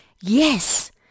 yes